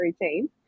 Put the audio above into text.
routine